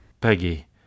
Peggy